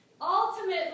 Ultimately